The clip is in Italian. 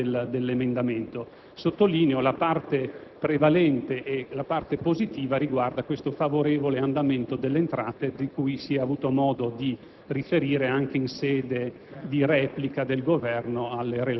Per sommi capi, questa è la descrizione del contenuto dell'emendamento. Sottolineo che la parte prevalente e la parte positiva riguardano questo favorevole andamento delle entrate, del quale si è avuto modo di